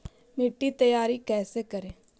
मिट्टी तैयारी कैसे करें?